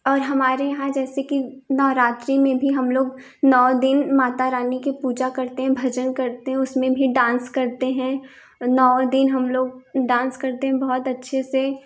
और हमारे यहाँ जैसे कि नवरात्री में भी हम लोग नौ दिन माता रानी की पूजा करते हैं भजन करते उसमें भी डांस करते हैं नौ दिन हम लोग डांस करते हैं बहुत अच्छे से